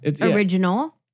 Original